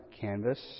canvas